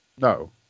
No